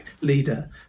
leader